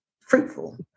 fruitful